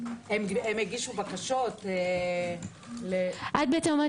הם הגישו בקשות ל --- את בעצם אומרת